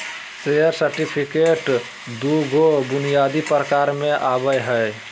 share certificate दू गो बुनियादी प्रकार में आवय हइ